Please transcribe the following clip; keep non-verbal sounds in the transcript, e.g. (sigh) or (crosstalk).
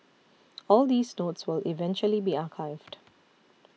(noise) all these notes will eventually be archived